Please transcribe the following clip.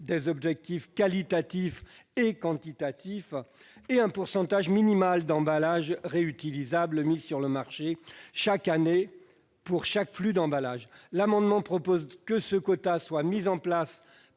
des objectifs qualitatifs et quantitatifs et un pourcentage minimal d'emballages réutilisables mis sur le marché chaque année pour chaque flux d'emballages. Nous proposons, par cet amendement, que ce quota soit mis en place